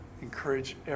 Encourage